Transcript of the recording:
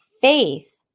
Faith